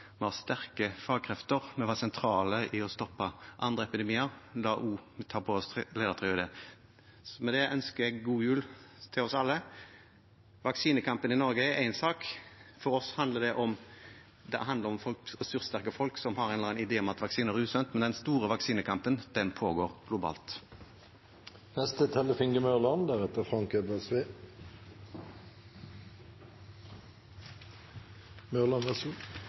vi har sterke fagkrefter, vi har vært sentrale i å stoppe andre epidemier, så vi kan også ta på oss ledertrøya der. Med det ønsker jeg god jul til oss alle. Vaksinekampen i Norge er én sak – for oss handler det om ressurssterke folk som har en eller annen idé om at vaksiner er usunt – men den store vaksinekampen pågår